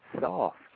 soft